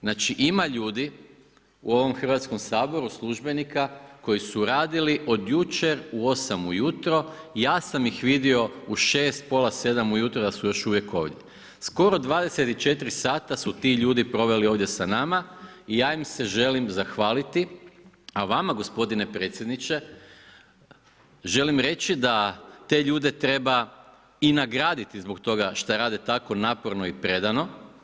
Znači ima ljudi u ovom Hrvatskom saboru, službenika koji su radili od jučer u 8 ujutro, ja sam ih vidio u 6, pola 7 da su još uvijek ovdje, skoro 24 sata su ti ljudi proveli ovdje s nama i ja im se želim zahvaliti a vama gospodine predsjedniče, želim reći da te ljude treba i nagraditi zbog toga šta rade tako naporno i predano.